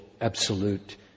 absolute